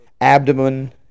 abdomen